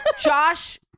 Josh